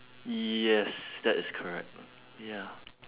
yes that is correct lah ya